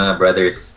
brothers